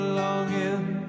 longing